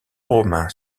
romains